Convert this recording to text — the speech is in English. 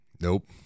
Nope